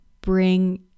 bring